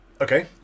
Okay